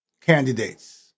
candidates